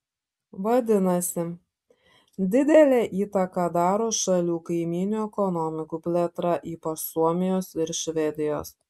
vadinasi didelę įtaką daro šalių kaimynių ekonomikų plėtra ypač suomijos ir švedijos